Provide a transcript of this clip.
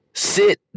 Sit